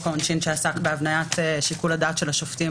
העונשין שעסק בהבניית שיקול הדעת של השופטים